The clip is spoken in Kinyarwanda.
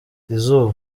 izuba